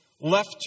Left